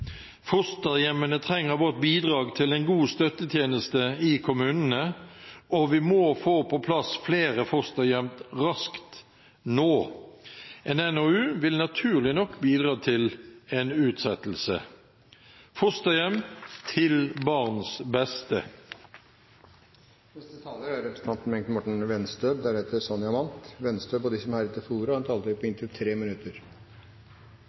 fosterhjemmene trenger vårt bidrag til en god støttetjeneste i kommunene, og vi må få på plass flere fosterhjem raskt – nå! En NOU vil naturlig nok bidra til en utsettelse. Fosterhjem til barns beste! De talere som heretter får ordet, har en taletid på inntil 3 minutter.